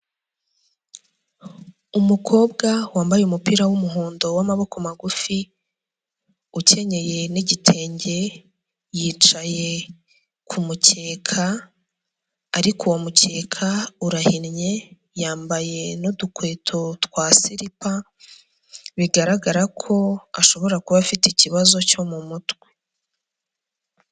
Umukobwa wambaye umupira w'umuhondo w'amaboko magufi, ukenyeye n’igitenge, yicaye k’umukeka ariko uwo mukeka urahinnye, yambaye n'udukweto twa silipa bigaragara ko ashobora kuba afite ikibazo cyo mu mutwe.